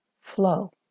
flow